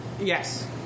Yes